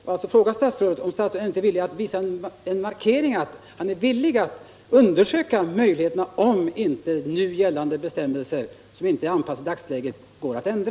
Vill statsrådet göra en markering av att han är villig att undersöka möjligheterna att ändra nu gällande bestämmelser, som inte är anpassade till dagsläget?